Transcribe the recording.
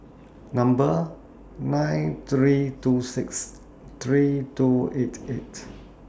Number nine three two six three two eight eight